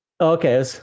okay